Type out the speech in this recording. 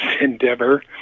endeavor